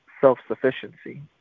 self-sufficiency